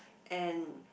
and